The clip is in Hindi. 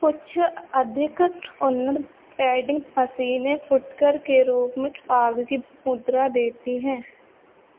कुछ अधिक उन्नत वेंडिंग मशीनें फुटकर के रूप में कागजी मुद्रा देती हैं